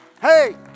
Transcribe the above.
hey